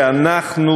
אתה יכול.